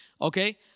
Okay